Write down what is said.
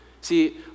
See